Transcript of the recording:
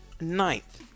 ninth